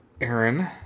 Aaron